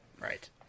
Right